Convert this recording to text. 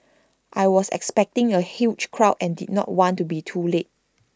I was expecting A huge crowd and did not want to be too late